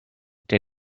der